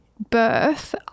birth